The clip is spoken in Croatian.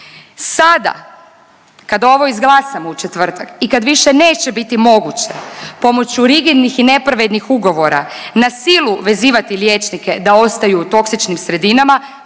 Sada kad ovo izglasamo u četvrtak i kad više neće biti moguće pomoću rigidnih i nepravednih ugovora na silu vezivati liječnike da ostaju u toksičnim sredinama